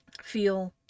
Feel